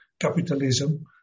capitalism